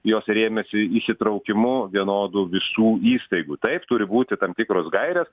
jos rėmėsi įsitraukimu vienodu visų įstaigų taip turi būti tam tikros gairės